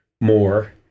more